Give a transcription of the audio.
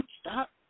Stop